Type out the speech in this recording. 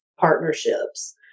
partnerships